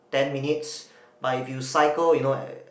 ten minutes but if you cycle you know